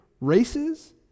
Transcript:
races